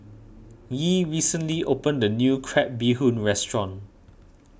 Yee recently opened a new Crab Bee Hoon restaurant